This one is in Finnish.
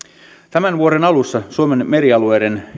tämän vuoden alussa suomen merialueiden